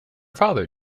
father